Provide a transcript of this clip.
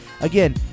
Again